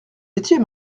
étiez